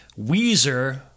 Weezer